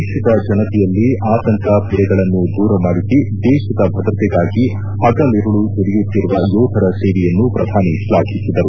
ದೇಶದ ಜನತೆಯಲ್ಲಿ ಆತಂಕ ಭಯಗಳನ್ನು ದೂರ ಮಾಡಿಸಿ ದೇಶದ ಭದ್ರತೆಗಾಗಿ ಹಗಲಿರುಳು ದುಡಿಯುತ್ತಿರುವ ಯೋಧರ ಸೇವೆಯನ್ನು ಪ್ರಧಾನಿ ಶ್ಲಾಘಿಸಿದರು